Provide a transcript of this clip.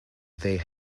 they